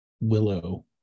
Willow